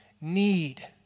need